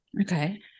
Okay